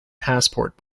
passport